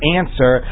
answer